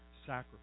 sacrifice